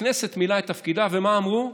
הכנסת מילאה את תפקידה, ומה אמרו?